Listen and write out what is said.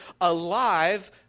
alive